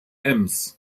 ems